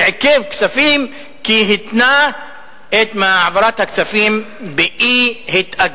שעיכב כספים כי התנה את העברת הכספים באי-התאגדות,